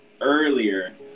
earlier